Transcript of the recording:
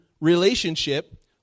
relationship